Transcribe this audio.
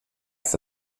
for